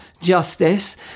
justice